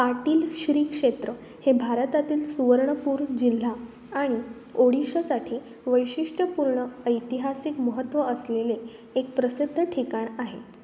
पाटली श्रीक्षेत्र हे भारतातील सुवर्णपूर जिल्हा आणि ओडिशासाठी वैशिष्ट्यपूर्ण ऐतिहासिक महत्त्व असलेले एक प्रसिद्ध ठिकाण आहे